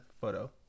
photo